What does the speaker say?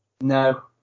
no